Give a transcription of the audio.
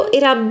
era